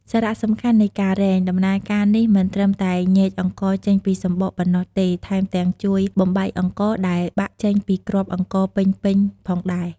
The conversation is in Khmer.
សារៈសំខាន់នៃការរែង ដំណើរការនេះមិនត្រឹមតែញែកអង្ករចេញពីសម្បកប៉ុណ្ណោះទេ ថែមទាំងជួយបំបែកអង្ករដែលបាក់ចេញពីគ្រាប់អង្ករពេញៗផងដែរ។